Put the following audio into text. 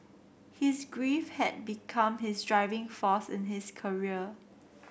his grief had become his driving force in his career